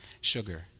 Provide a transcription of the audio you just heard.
Sugar